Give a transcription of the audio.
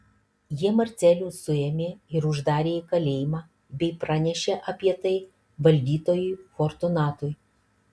jie marcelių suėmė ir uždarė į kalėjimą bei pranešė apie tai valdytojui fortunatui